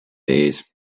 ees